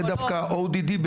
זה דווקא ODD,